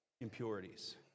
impurities